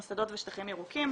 מוסדות ושטחים ירוקים.